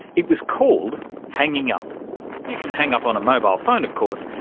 it was called hanging-up. you can hang-up on a mobile phone, of course,